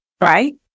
Right